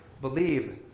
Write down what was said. believe